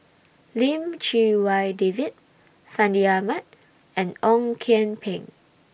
Lim Chee Wai David Fandi Ahmad and Ong Kian Peng